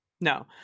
no